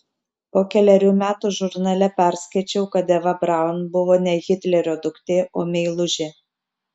po kelerių metų žurnale perskaičiau kad eva braun buvo ne hitlerio duktė o meilužė